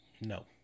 No